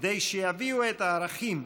כדי שיביאו את הערכים,